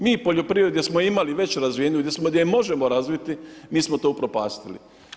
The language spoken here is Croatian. Mi poljoprivrednici smo imali već razvijenu, gdje možemo razviti mi smo to upropastili.